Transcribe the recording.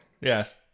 Yes